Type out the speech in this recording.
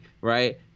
right